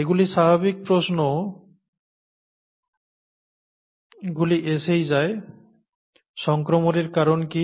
এগুলি স্বাভাবিক প্রশ্নগুলি এসেই যায় সংক্রমণের কারণ কী